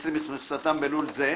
המייצרים את מכסתם בלול זה,